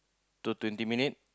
two twenty minute